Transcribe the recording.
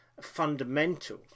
fundamental